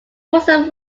forces